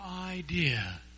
idea